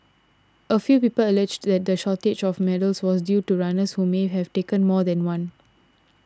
a few people alleged that the shortage of medals was due to runners who may have taken more than one